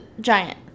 Giant